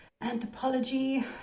anthropology